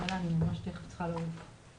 איכילוב מסתכל על תמונת המבט